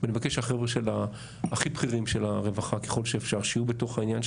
ואני מבקש שהחבר'ה הכי בכירים של הרווחה ככל שאפשר שיהיו בתוך העניין,